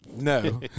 No